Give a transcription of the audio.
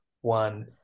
one